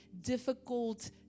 difficult